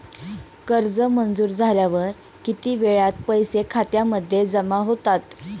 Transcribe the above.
कर्ज मंजूर झाल्यावर किती वेळात पैसे खात्यामध्ये जमा होतात?